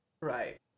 Right